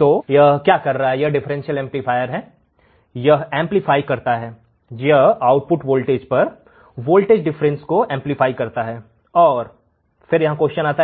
तो यह कर क्या रहा है यह डिफरेंशियल एम्पलीफायर है यह परिवर्धित करता है यह आउटपुट पर वोल्टेज डिफरेंस को परिवर्धित करता है